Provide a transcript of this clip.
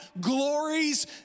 glories